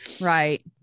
Right